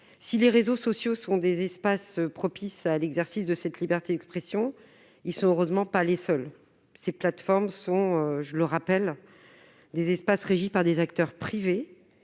Si les réseaux sociaux sont des espaces propices à l'exercice de la liberté d'expression, ils ne sont heureusement pas les seuls. Ces plateformes sont, je le rappelle, des espaces régis par des acteurs privés